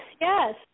yes